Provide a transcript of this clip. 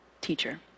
teacher